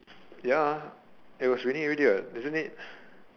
ya it was raining everyday what wasn't it